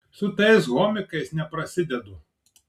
su tais homikais neprasidedu